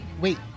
Wait